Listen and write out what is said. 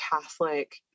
Catholic